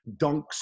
dunks